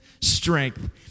strength